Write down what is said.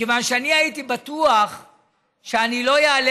מכיוון שאני הייתי בטוח שאני לא אעלה